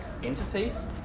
interface